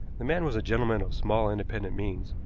the man was a gentleman of small independent means,